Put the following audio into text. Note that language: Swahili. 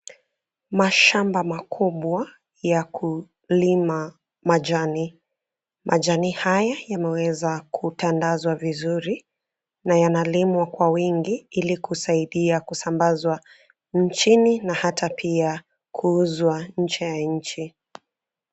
Mashamba makubwa ya kulima majani. Majani haya yameweza kutandazwa vizuri na yanalimwa kwa wingi ili kusaidia kusambazwa nchini na hata pia kuuzwa nje ya nchi.